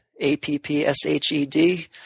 A-P-P-S-H-E-D